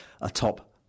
atop